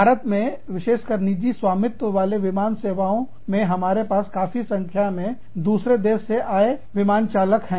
भारत में विशेषकर निजी स्वामित्व वाले विमान सेवाओं में हमारे पास संख्या काफी संख्या में दूसरे देशों से से आए विमान चालक हैं